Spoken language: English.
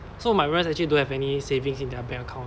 so my parents actually don't have any savings in their bank account